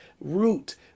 root